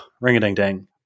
ring-a-ding-ding